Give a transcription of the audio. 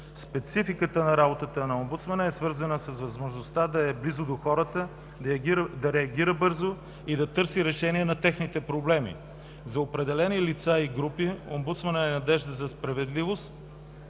Спецификата на работата на омбудсмана е свързана с възможността да е близо до хората, да реагира бързо и да търси решение на техните проблеми. За определени лица и групи омбудсманът е надежда за справедливост